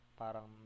parang